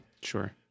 Sure